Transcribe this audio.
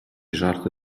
жарти